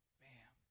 bam